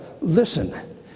listen